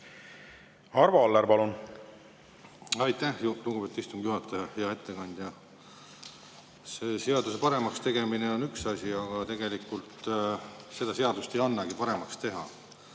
üle välja. Aitäh, lugupeetud istungi juhataja! Hea ettekandja! Seaduse paremaks tegemine on üks asi, aga tegelikult seda seadust ei annagi paremaks teha.